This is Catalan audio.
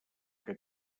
que